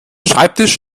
schreibtisch